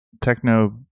techno